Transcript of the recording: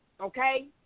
Okay